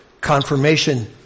confirmation